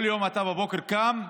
כל בוקר אתה קם,